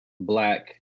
Black